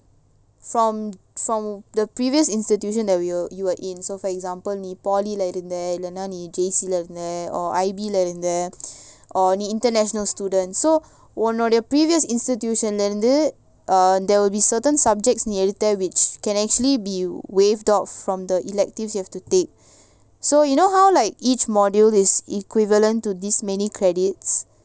from from the previous institution that we were in so for example நீ:nee poly lah இருந்தஇல்லனா:iruntha illana J_C lah இருந்த:iruntha or I_B lah இருந்தநீ:iruntha nee or international student so உன்னோட:unnoda previous institution lah இருந்து:irunthu err there will be certain subjects நீஎடுத்த:nee edutha which can actually be waived off from the electives you have to take so you know how like each module is equivalent to this many credits